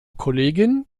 kollegin